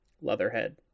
Leatherhead